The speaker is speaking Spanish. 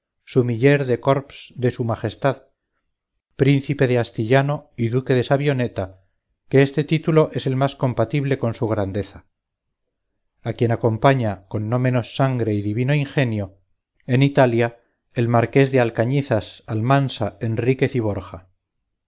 sumiller de corps de su majestad príncipe de astillano y duque de sabioneta que este título es el más compatible con su grandeza a quien acompaña con no menos sangre y divino ingenio en italia el marqués de alcañizas almansa enríquez y borja